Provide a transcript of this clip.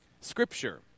Scripture